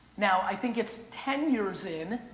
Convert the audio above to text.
now i think it's ten years in.